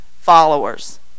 followers